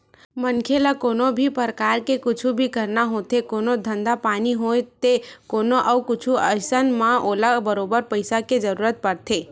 मनखे ल कोनो भी परकार के कुछु भी करना होथे कोनो धंधा पानी होवय ते कोनो अउ कुछु अइसन म ओला बरोबर पइसा के जरुरत पड़थे